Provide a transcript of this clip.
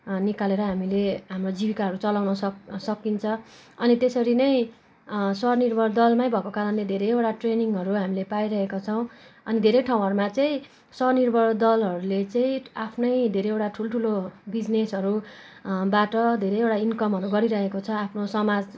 निकालेर हामीले हाम्रो जीविकाहरू चलाउन सक सकिन्छ अनि त्यसरी नै स्वनिर्भरदलमै भएको कारणले धेरैवटा ट्रेनिङहरू हामीले पाइरहेका छौँ अनि धेरै ठाँउहरूमा चाहिँ स्वनिर्भर दलहरूले चाहिँ आफ्नै धेरैवटा ठुल्ठुलो बिजनेसहरू बाट धेरैवटा इन्कमहरू गरिरहेको छ आफ्नो समाज